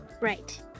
Right